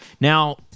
Now